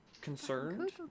concerned